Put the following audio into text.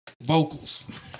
vocals